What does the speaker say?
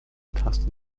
taste